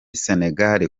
senegal